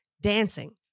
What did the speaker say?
dancing